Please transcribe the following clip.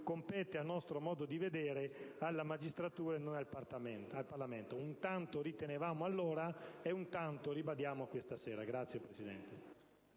compete, a nostro modo di vedere, alla magistratura e non al Parlamento. Tanto ritenevamo allora e tanto ribadiamo questa sera.